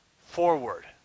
forward